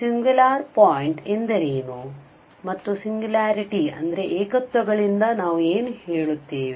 ಆದ್ದರಿಂದ singular point ಎಂದರೇನು ಮತ್ತು ಏಕತ್ವಗಳಿಂದ ನಾವು ಏನು ಹೇಳುತ್ತೇವೆ